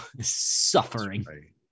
suffering